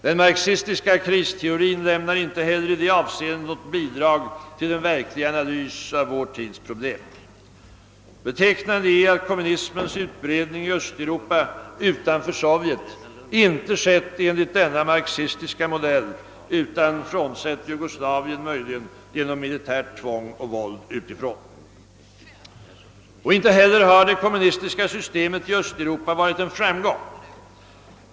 Den marxistiska kristeorin lämnar inte heller i detta avseende något bidrag av vikt till en verklig analys av vår tids problem. Betecknande är att kommunismens utbredning i Östeuropa utanför Sovjet inte skett enligt denna marxistiska modell utan — möjligen med undantag av Jugoslavien — genom militärt tvång och våld utifrån. Inte heller har det kommunistiska sy stemet i Östeuropa varit en framgång.